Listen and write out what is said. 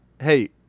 Hey